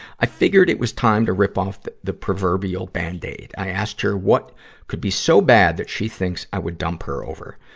i figured it was time to rip off the the proverbial band-aid. i asked her what could be so bad that she thinks i would dump her over.